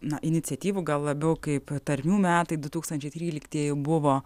na iniciatyvų gal labiau kaip tarmių metai du tūkstančiai tryliktieji buvo